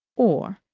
or,